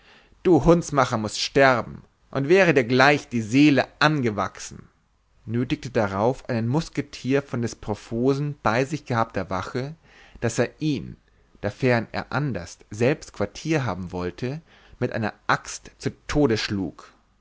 du hundsmacher mußt sterben und wäre dir gleich die seele angewachsen nötigte darauf einen musketierer von des profosen bei sich gehabter wache daß er ihn dafern er anderst selbst quartier haben wollte mit einer axt zu tod schlug